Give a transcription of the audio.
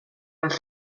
als